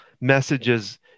messages